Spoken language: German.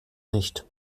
nicht